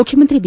ಮುಖ್ಯಮಂತ್ರಿ ಬಿ